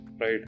right